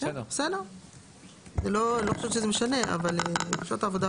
יש לנו את האגרות